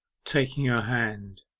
taking her hand.